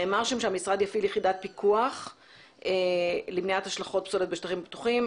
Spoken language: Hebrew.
נאמר שם שהמשרד יפעיל יחידת פיקוח למניעת השלכות פסולת בשטחים פתוחים,